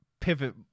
pivot